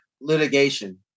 litigation